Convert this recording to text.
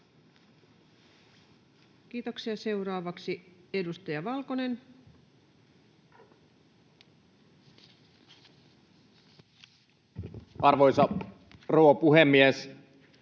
Kiitoksia. — Seuraavaksi edustaja Valkonen. Arvoisa rouva puhemies!